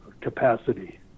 capacity